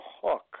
hook